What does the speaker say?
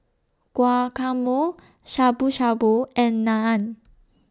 Guacamole Shabu Shabu and Naan